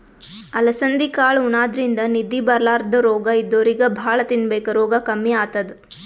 ಅಲಸಂದಿ ಕಾಳ್ ಉಣಾದ್ರಿನ್ದ ನಿದ್ದಿ ಬರ್ಲಾದ್ ರೋಗ್ ಇದ್ದೋರಿಗ್ ಭಾಳ್ ತಿನ್ಬೇಕ್ ರೋಗ್ ಕಮ್ಮಿ ಆತದ್